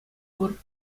пур